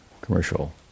commercial